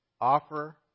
offer